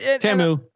Tamu